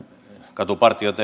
katupartiot